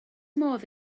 modd